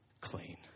clean